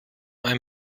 ein